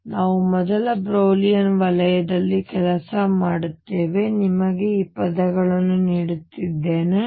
ಆದ್ದರಿಂದ ನಾವು ಮೊದಲ ಬ್ರಿಲೌಯಿನ್ ವಲಯದಲ್ಲಿ ಕೆಲಸ ಮಾಡುತ್ತೇವೆ ನಾನು ನಿಮಗೆ ಈ ಪದಗಳನ್ನು ನೀಡುತ್ತಿದ್ದೇನೆ